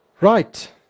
right